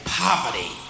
poverty